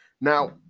Now